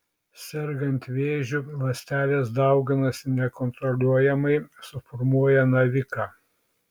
sergant vėžiu ląstelės dauginasi nekontroliuojamai suformuoja naviką